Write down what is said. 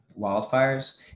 wildfires